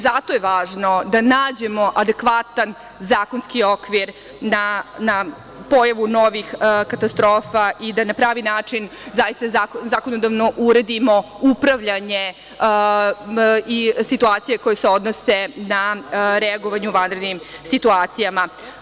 Zato je važno da nađemo adekvatan zakonski okvir na pojavu novih katastrofa i da na pravi način zaista zakonodavno uredimo upravljanje i situacije koje se odnose na reagovanje u vanrednim situacijama.